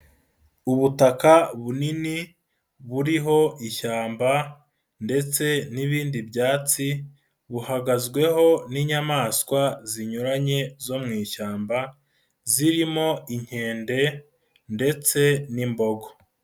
Ubutaka bunini buriho ishyamba ndetse n'ibindi byatsi, buhagazweho n'inyamaswa zinyuranye zo mu ishyamba, zirimo inkende ndetse n'imbogo.